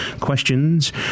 questions